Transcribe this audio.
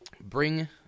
Bring